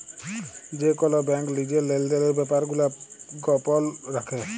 যে কল ব্যাংক লিজের লেলদেলের ব্যাপার গুলা গপল রাখে